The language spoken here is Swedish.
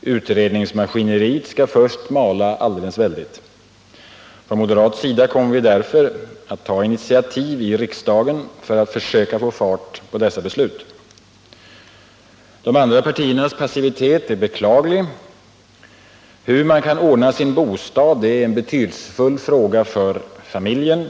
Utredningsmaskineriet skall först mala alldeles väldigt. Från moderat sida kommer vi därför att ta initiativ i riksdagen för att försöka få fart på dessa beslut. De andra partiernas passivitet är beklaglig. Hur man kan ordna sin bostad är en betydelsefull fråga för familjen.